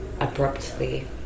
abruptly